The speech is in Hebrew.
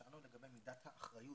שאלנו לגבי מידת האחריות